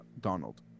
Donald